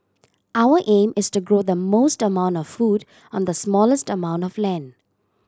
our aim is to grow the most amount of food on the smallest amount of land